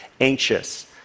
anxious